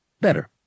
better